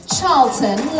Charlton